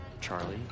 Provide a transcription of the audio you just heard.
Charlie